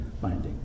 binding